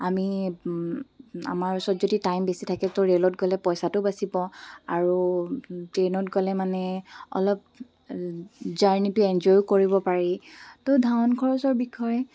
আমি আমাৰ ওচৰত যদি টাইম বেছি থাকে তো ৰে'লত গ'লে পইচাটো বাচিব আৰু ট্ৰেইনত গ'লে মানে অলপ জাৰ্ণিটো এনজয়ো কৰিব পাৰি তো ধন খৰচৰ বিষয়ে